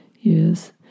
Yes